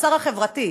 השר החברתי,